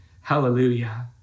Hallelujah